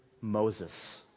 Moses